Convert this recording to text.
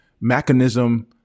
mechanism